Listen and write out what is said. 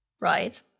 right